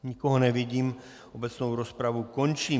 Nikoho nevidím, obecnou rozpravu končím.